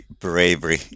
bravery